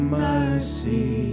mercy